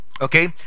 okay